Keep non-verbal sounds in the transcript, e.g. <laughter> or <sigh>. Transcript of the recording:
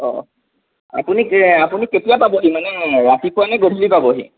অঁ আপুনি <unintelligible> আপুনি কেতিয়া পাবহি মানে ৰাতিপুৱা নে গধূলি পাবহি